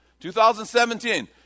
2017